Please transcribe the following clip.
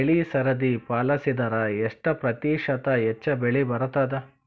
ಬೆಳಿ ಸರದಿ ಪಾಲಸಿದರ ಎಷ್ಟ ಪ್ರತಿಶತ ಹೆಚ್ಚ ಬೆಳಿ ಬರತದ?